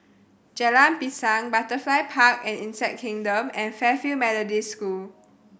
Jalan Pisang Butterfly Park and Insect Kingdom and Fairfield Methodist School